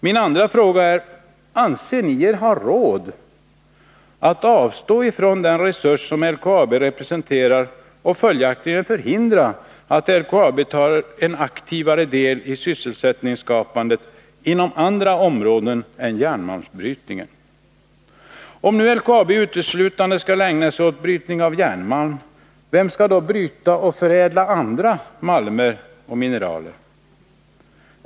Vidare vill jag fråga: Anser ni er ha råd att avstå från den resurs som LKAB representerar och följaktligen förhindra att LKAB tar en aktivare del i sysselsättningsskapandet inom andra områden än järnmalmsbrytningen? Om nu LKAB uteslutande skall ägna sig åt brytning av järnmalm, vem skall då bryta och förädla andra malmer och mineraler?